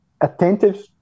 attentive